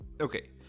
Okay